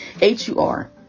H-U-R